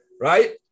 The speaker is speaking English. right